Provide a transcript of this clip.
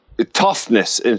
toughness